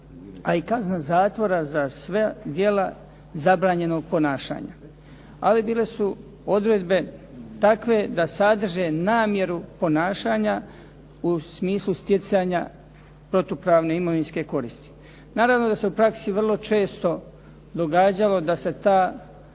a i kazna zatvora za sva djela zabranjenog ponašanja. Ali bile su odredbe takve da sadrže namjeru ponašanja u smislu stjecanja protupravne imovinske koristi. Naravno da se u praksi vrlo često događalo da se ta